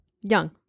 young